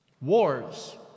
Wars